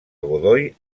godoy